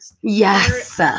yes